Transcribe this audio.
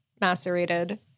macerated